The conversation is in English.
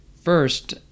first